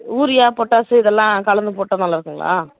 ஊரியா potassium இதெல்லாம் கலந்து போட்டால் நல்லாயிருக்குங்களா